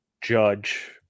judge